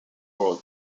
road